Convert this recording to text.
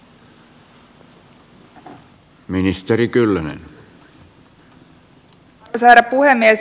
arvoisa herra puhemies